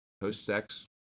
post-sex